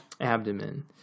abdomen